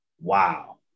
wow